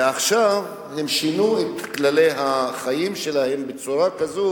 ועכשיו הם שינו את כללי החיים שלהם בצורה כזאת